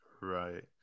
Right